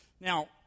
Now